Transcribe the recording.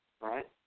Right